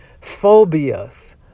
Phobias